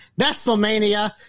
WrestleMania